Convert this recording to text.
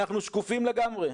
אנחנו שקופים לגמרי.